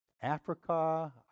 Africa